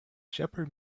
shepherd